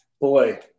Boy